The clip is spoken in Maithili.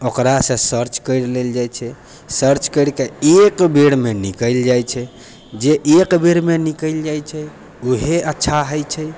ओकरासँ सर्च करि लेल जाइ छइ सर्च करिकऽ एक बेरमे निकलि जाइ छै जे एक बेरमे निकलि जाइ छै उहे अच्छा होइ छै